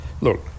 Look